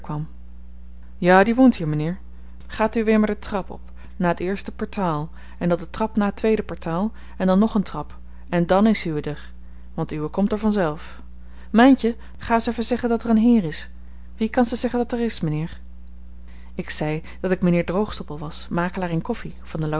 ja die woont hier meneer gaat uwee maar de trap op na et eerste pertaal en dan de trap na et tweede pertaal en dan nog en trap en dan is uwee d er want uwe komt er vanzelf myntje ga es eefe segge datter en heer is wie kanse segge dat er is meneer ik zei dat ik m'nheer droogstoppel was makelaar in koffi van de